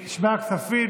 כספים.